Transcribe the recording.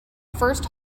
first